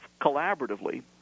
collaboratively